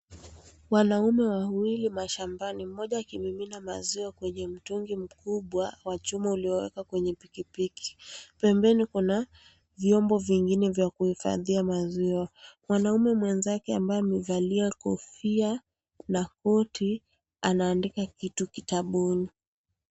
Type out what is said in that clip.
Wanaume wawili mashambani. Mmoja, akimimina maziwa kwenye mtungi mkubwa wa chuma uliowekwa kwenye pikipiki. Pembeni, kuna vyombo vingine vya kuhifadhia maziwa. Mwanaume mwenzake ambaye amevalia kofia na koti, anaandika kitu kitabuni.